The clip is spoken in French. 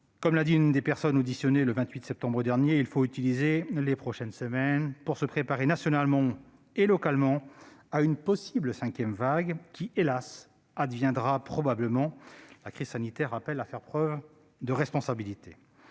Comme l'a indiqué l'une des personnes auditionnées le 28 septembre dernier :« Il faut utiliser les prochaines semaines pour se préparer nationalement et localement à une possible cinquième vague, qui, hélas, adviendra probablement. » La crise sanitaire appelle à faire preuve de responsabilité.